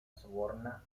sorbona